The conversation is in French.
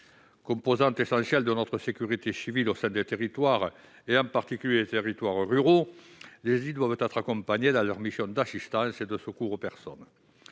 Composantes essentielles de notre sécurité civile au sein des territoires, en particulier ruraux, les SDIS doivent être accompagnés dans leurs missions d'assistance et de secours aux personnes.